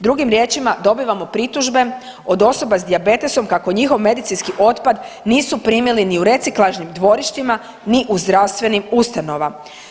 Drugim riječima dobivamo pritužbe od osoba sa dijabetesom kako njihov medicinski otpad nisu primili ni u reciklažnim dvorištima, ni u zdravstvenim ustanovama.